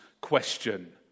question